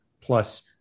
plus